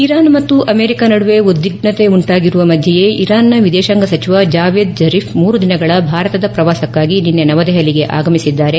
Iran ಮತ್ತು America ನಡುವೆ ಉದ್ವಿಗ್ನತೆ ಉಂಟಾಗಿರುವ ಮಧ್ವೆಯೇ ಇರಾನ್ನ ವಿದೇಶಾಂಗ ಸಚಿವ ಜಾವೇದ್ ಝರಿಫ್ ಮೂರು ದಿನಗಳ ಭಾರತದ ಪ್ರವಾಸಕ್ಕಾಗಿ ನಿನ್ನೆ ನವದೆಹಲಿಗೆ ಆಗಮಿಸಿದ್ದಾರೆ